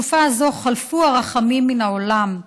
בתקופה הזאת חלפו הרחמים מן העולם,